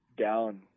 down